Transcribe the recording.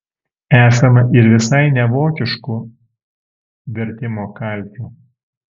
esama ir visai nevokiškų vertimo kalkių